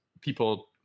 people